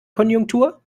konjunktur